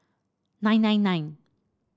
nine nine nine